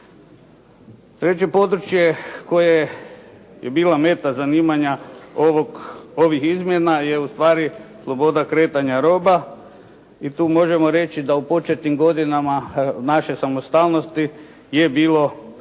Treće područje koje je bila meta zanimanja ovog, ovih izmjena je ustvari sloboda kretanja roba i tu možemo reći da u početnim godinama naše samostalnosti je bilo